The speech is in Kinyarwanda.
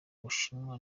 bushinwa